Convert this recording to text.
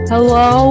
Hello